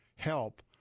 help